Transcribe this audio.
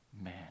man